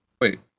wait